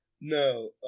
No